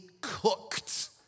cooked